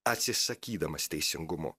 atsisakydamas teisingumo